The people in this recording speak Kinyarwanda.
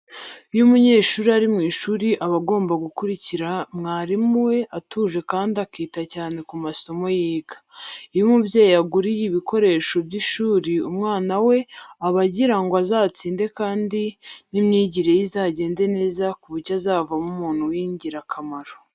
Iyo umunyeshuri ari mu ishuri aba agomba gukurikira mwarimu we atuje kandi akita cyane ku masomo yiga. Iyo umubyeyi aguriye ibikoresho by'ishuri umwana we, aba agira ngo azatsinde kandi n'imyigire ye izagende neza ku buryo azavamo umuntu w'ingirakamaro.